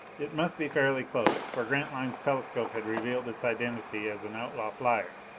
it must be fairly close for grantline's telescope had revealed its identity as an outlaw flyer,